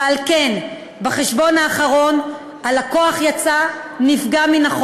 ועל כן בחשבון האחרון הלקוח יצא נפגע ממנו.